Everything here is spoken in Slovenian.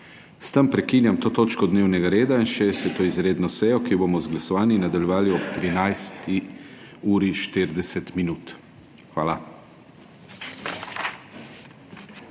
S tem prekinjam to točko dnevnega reda in 60. izredno sejo, ki jo bomo z glasovanji nadaljevali ob 13. uri